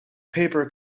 paper